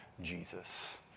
Jesus